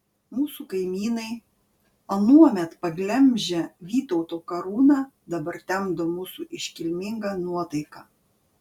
mūsų kaimynai anuomet paglemžę vytauto karūną dabar temdo mūsų iškilmingą nuotaiką